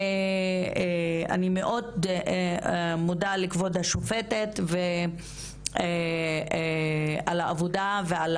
אני מאוד מודה לכבוד השופטת על העבודה ועל